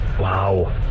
Wow